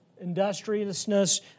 Industriousness